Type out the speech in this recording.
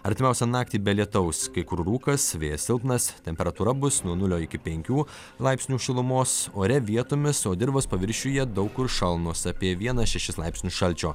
artimiausią naktį be lietaus kai kur rūkas vėjas silpnas temperatūra bus nuo nulio iki penkių laipsnių šilumos ore vietomis o dirvos paviršiuje daug kur šalnos apie vieną šešis laipsnius šalčio